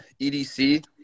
EDC